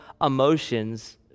emotions